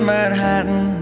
Manhattan